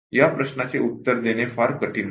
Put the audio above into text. या प्रश्नाचे उत्तर देणे फार कठीण नाही